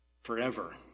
Forever